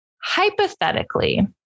Hypothetically